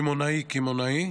קמעונאי קמעונאי